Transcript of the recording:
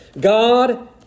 God